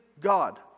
God